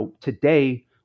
today